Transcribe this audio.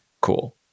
cool